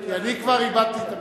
כי אני כבר איבדתי את המספרים,